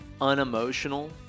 unemotional